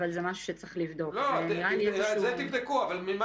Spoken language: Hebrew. אבל זה משהו שצריך לבדוק.